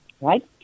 right